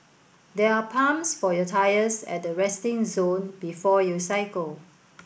there are pumps for your tyres at the resting zone before you cycle